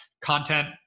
Content